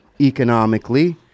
economically